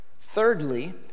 Thirdly